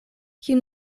kiu